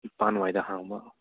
ꯅꯤꯄꯥꯟꯋꯥꯏꯗ ꯍꯥꯡꯕ